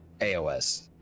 AOS